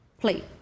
play